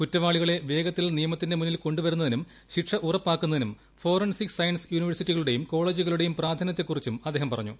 കുറ്റവാളികളെ വേഗത്തിൽ ്നിയമത്തിന്റെ മുന്നിൽ കൊണ്ടുവരുന്നതിനും ശിക്ഷ ഉറ്പ്പാക്കുന്നിനും ഫോറൻസിക് സയൻസ് യൂണിവേഴ്സിറ്റികളുടെയും കോളേജുകളുടെയും പ്രാധാന്യത്തെക്കുറിച്ചും അദ്ദേഹ്ം പറഞ്ഞു